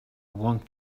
want